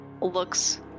looks